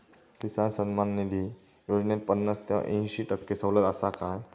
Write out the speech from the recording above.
किसान सन्मान निधी योजनेत पन्नास ते अंयशी टक्के सवलत आसा काय?